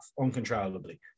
uncontrollably